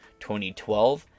2012